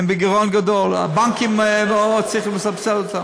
הם בגירעון גדול, הבנקים צריכים לסבסד אותם.